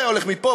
זה הולך מפה,